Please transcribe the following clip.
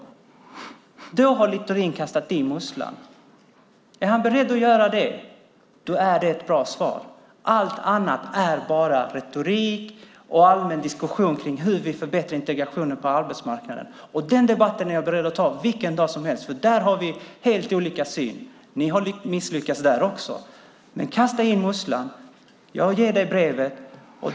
Om Littorin gör detta har han kastat i musslan. Är han beredd att göra det är det ett bra svar. Allt annat är bara retorik och en allmän diskussion kring hur vi ska förbättra integrationen på arbetsmarknaden. Den debatten är jag beredd att ta vilken dag som helst, för där har vi helt olika syn. Ni har misslyckats där också. Men kasta i musslan! Jag ger dig brevet.